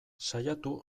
saiatu